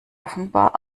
offenbar